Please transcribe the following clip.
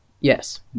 Yes